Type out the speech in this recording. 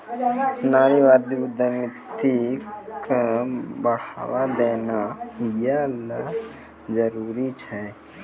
नारीवादी उद्यमिता क बढ़ावा देना यै ल जरूरी छै